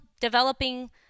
developing